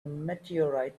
meteorite